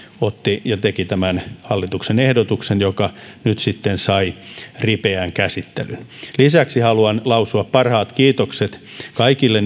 otti ja teki tämän hallituksen ehdotuksen joka nyt sitten sai ripeän käsittelyn lisäksi haluan lausua parhaat kiitokset kaikille